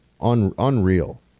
unreal